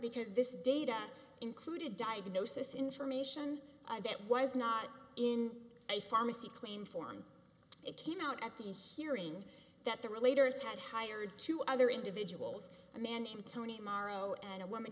because this data included diagnosis information that was not in a pharmacy claim form it came out at the hearing that the relator is had hired two other individuals a man named tony morrow and a woman